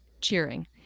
Cheering